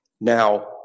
Now